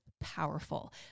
powerful